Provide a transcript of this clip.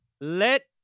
Let